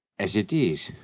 as it is,